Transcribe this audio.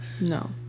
No